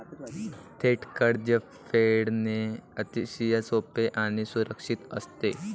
थेट कर्ज फेडणे अतिशय सोपे आणि सुरक्षित असते